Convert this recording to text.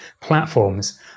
platforms